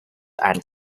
and